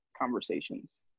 conversations